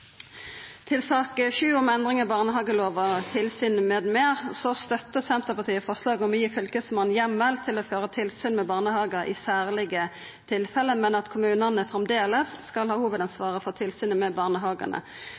Til sak nr. 7, om endringar i barnehagelova, støttar Senterpartiet forslaget om å gi Fylkesmannen heimel til å føra tilsyn med barnehagar i særlege tilfelle, men at kommunane framleis skal ha hovudansvaret for tilsynet med